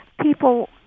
people